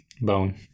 Bone